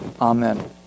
Amen